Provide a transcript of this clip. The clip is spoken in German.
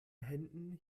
händen